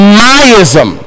myism